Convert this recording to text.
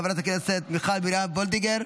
חברת הכנסת מיכל מרים וולדיגר,